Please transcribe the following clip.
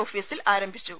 ഓഫീസിൽ ആരംഭിച്ചു